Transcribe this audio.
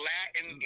Latin